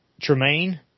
Tremaine